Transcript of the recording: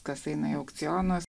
kas eina į aukcionus